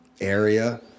area